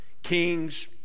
Kings